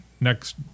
next